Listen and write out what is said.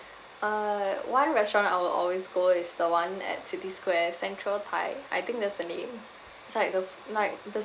uh one restaurant I will always go is the one at city square central thai I think that's the name it's like the f~ like the